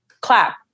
Clap